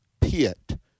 pit